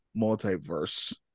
Multiverse